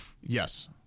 Yes